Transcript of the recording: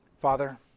Father